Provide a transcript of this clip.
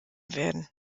werden